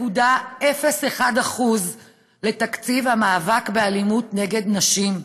ה-0.01% לתקציב המאבק באלימות נגד נשים.